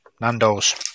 Nando's